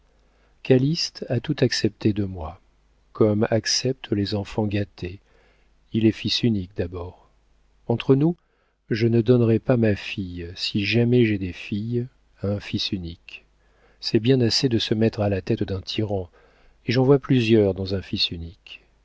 calyste a tout accepté de moi comme acceptent les enfants gâtés il est fils unique d'abord entre nous je ne donnerai pas ma fille si jamais j'ai des filles à un fils unique c'est bien assez de se mettre à la tête d'un tyran et j'en vois plusieurs dans un fils unique